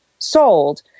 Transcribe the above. sold